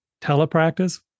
telepractice